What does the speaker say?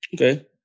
Okay